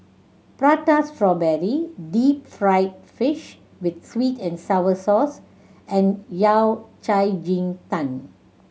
Prata Strawberry deep fried fish with sweet and sour sauce and Yao Cai ji tang